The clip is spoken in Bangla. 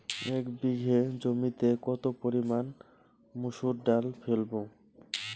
এক বিঘে জমিতে কত পরিমান মুসুর ডাল ফেলবো?